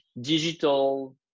digital